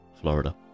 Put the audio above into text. Florida